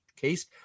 case